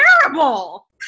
terrible